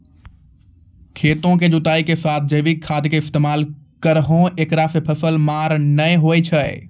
खेतों के जुताई के साथ जैविक खाद के इस्तेमाल करहो ऐकरा से फसल मार नैय होय छै?